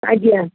ଆଜ୍ଞା